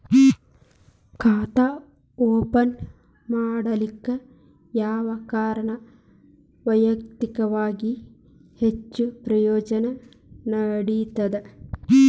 ಖಾತಾ ಓಪನ್ ಮಾಡಲಿಕ್ಕೆ ಯಾವ ಕಾರಣ ವೈಯಕ್ತಿಕವಾಗಿ ಹೆಚ್ಚು ಪ್ರಯೋಜನ ನೇಡತದ?